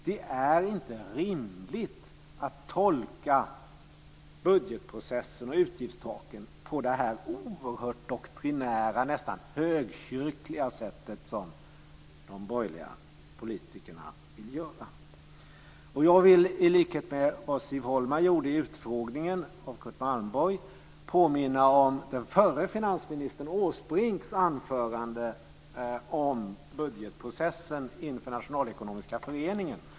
Det är inte rimligt att tolka budgetprocessen och utgiftstaken på det oerhört doktrinära och nästan högkyrkliga sättet som de borgerliga politikerna vill göra. Jag vill, i likhet med vad Siv Holma gjorde i utfrågningen av Curt Malmborg, påminna om den förre finansministern Åsbrinks anförande om budgetprocessen inför Nationalekonomiska föreningen.